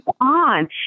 on